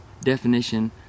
definition